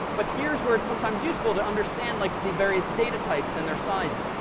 but here's where it's sometimes useful to understand like the various data types and their sizes.